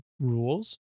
rules